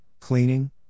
cleaning